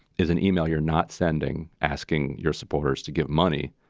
is an email you're not sending asking your supporters to give money.